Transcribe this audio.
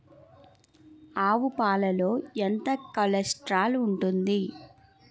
ఆవు పాలలో ఎంత కొలెస్ట్రాల్ ఉంటుంది?